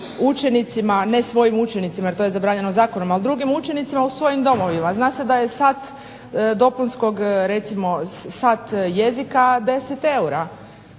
učenicima, ne svojim učenicima jer to je zabranjeno zakonom, ali drugim učenicima u svojim domovima. A zna se da je sat dopunskog recimo sat jezika 10 eura.